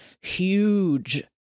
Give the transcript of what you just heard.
huge